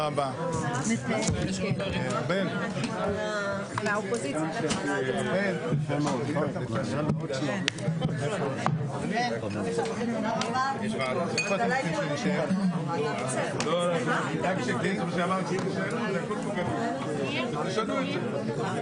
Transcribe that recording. הישיבה ננעלה בשעה 10:40.